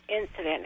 incident